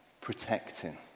protecting